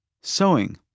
Sewing